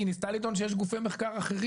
לא אבל היא ניסתה לטעון שיש גופי מחקר אחרים.